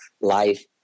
life